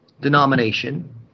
denomination